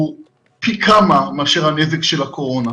הוא פי כמה מאשר הנזק של הקורונה.